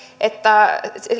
että